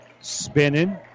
Spinning